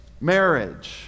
marriage